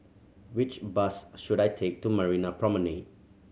which bus should I take to Marina Promenade